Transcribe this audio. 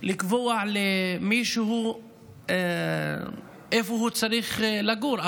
לקבוע למישהו איפה הוא צריך לגור.